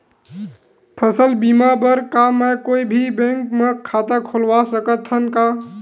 फसल बीमा बर का मैं कोई भी बैंक म खाता खोलवा सकथन का?